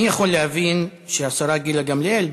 אני יכול להבין שהשרה גילה גמליאל,